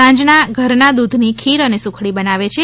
સાંજના ઘરના દૂધની ખીર અને સુખડી બનાવે છે